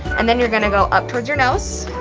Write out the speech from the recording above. and then you're going to go up towards your nose.